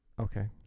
Okay